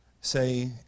say